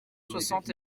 soixante